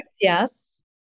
Yes